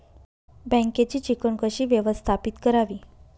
बँकेची चिकण कशी व्यवस्थापित करावी?